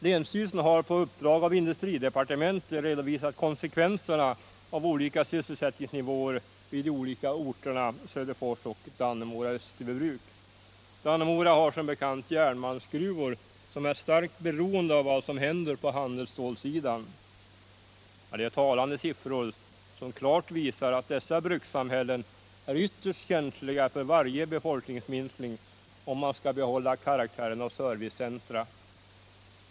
Länsstyrelsen har på uppdrag av industridepartementet redovisat konsekvenserna av olika sysselsättningsnivåer vid orterna Söderfors och Dannemora/Österbybruk. Dannemora har som bekant järnmalmsgruvor som är starkt beroende av vad som händer på handelsstålsidan. Det är talande siffror, som klart visar att dessa brukssamhällen är ytterst känsliga för varje befolkningsminskning om de skall kunna behålla karaktären av servicecentra.